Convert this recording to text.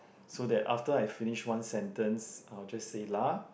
so that after I finish one sentence I will just say lah